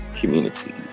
communities